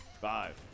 Five